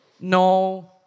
no